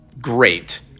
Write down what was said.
great